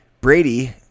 Brady